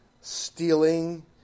stealing